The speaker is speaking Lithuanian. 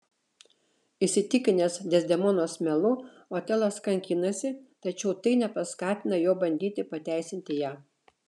įsitikinęs dezdemonos melu otelas kankinasi tačiau tai nepaskatina jo bandyti pateisinti ją